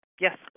Yes